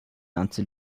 ganze